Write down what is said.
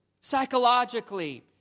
psychologically